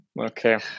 okay